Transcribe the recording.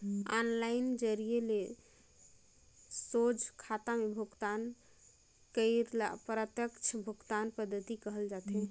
online जरिए ले सोझ खाता में भुगतान करई ल प्रत्यक्छ भुगतान पद्धति कहल जाथे